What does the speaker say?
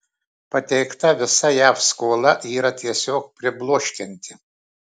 pateikta visa jav skola yra tiesiog pribloškianti